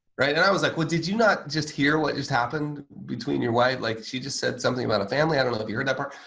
and i was like, well, did you not just hear what just happened between your wife like she just said something about a family? i don't know if you heard that part.